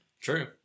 True